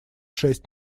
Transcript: шесть